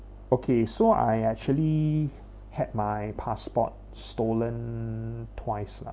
okay so I actually had my passport stolen twice lah